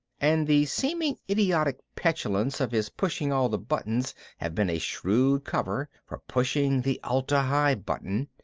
and the seemingly idiotic petulance of his pushing all the buttons have been a shrewd cover for pushing the atla-hi button.